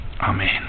Amen